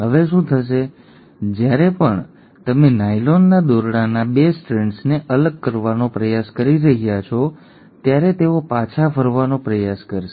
હવે શું થશે જ્યારે પણ તમે નાયલોનના દોરડાના 2 સ્ટ્રેન્ડ્સને અલગ કરવાનો પ્રયાસ કરી રહ્યા છો ત્યારે તેઓ પાછા ફરવાનો પ્રયાસ કરશે